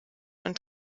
und